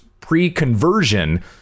pre-conversion